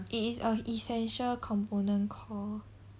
it is a essential component core